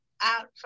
out